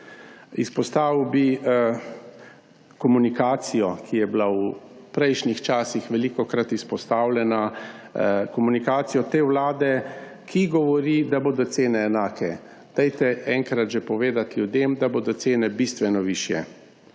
Izpostavil bi komunikacijo, ki je bila v prejšnjih časih velikokrat izpostavljena, na komunikacijo te vlade, ki govori, da bodo cene enake. Povejte že enkrat ljudem, da bodo cene bistveno višje,